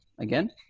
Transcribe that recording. again